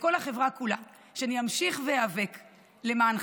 לכל החברה כולה: אני אמשיך להיאבק למענכם,